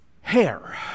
hair